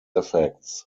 effects